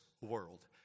world